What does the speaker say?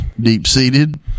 Deep-seated